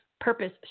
purpose